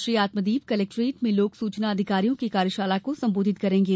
Shri Atmadeep collectorate में लोक सूचना अधिकारियों की कार्यशाला को संबोधित करेंगे